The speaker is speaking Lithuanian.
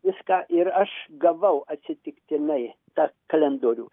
viską ir aš gavau atsitiktinai tą kalendorių